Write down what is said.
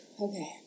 Okay